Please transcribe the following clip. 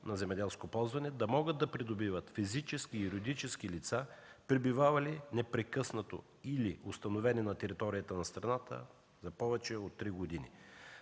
за земеделско ползване да могат да придобиват физически и юридически лица, пребивавали непрекъснато или установени на територията на страната за повече от три години.